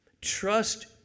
trust